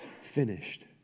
finished